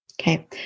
Okay